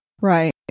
Right